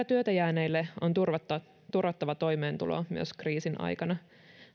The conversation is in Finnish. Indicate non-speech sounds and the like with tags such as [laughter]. [unintelligible] työtä jääneille on turvattava turvattava toimeentulo myös kriisin aikana